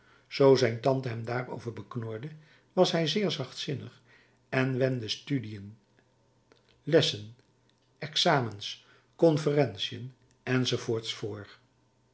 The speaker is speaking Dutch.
zoo zijn tante hem daarover beknorde was hij zeer zachtzinnig en wendde studiën lessen examens conferentiën